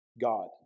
God